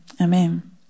amen